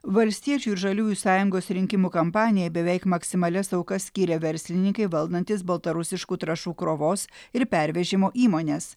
valstiečių ir žaliųjų sąjungos rinkimų kampanijai beveik maksimalias aukas skyrė verslininkai valdantys baltarusiškų trąšų krovos ir pervežimo įmones